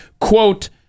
quote